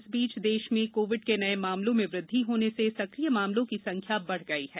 इस बीच देश में कोविड के नये मामलों में वृद्धि होने से सक्रिय मामलों की संख्या बढ गई है